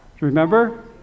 remember